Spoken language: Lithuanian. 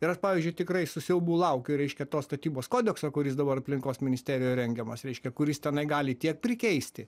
ir aš pavyzdžiui tikrai su siaubu laukiu reiškia tos statybos kodekso kuris dabar aplinkos ministerijoj rengiamas reiškia kuris tenai gali tiek prikeisti